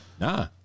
Nah